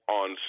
on